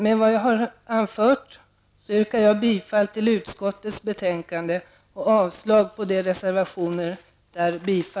Med vad jag anfört yrkar jag bifall till utskottets hemställan och avslag på reservationerna.